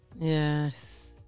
Yes